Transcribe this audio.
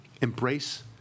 embrace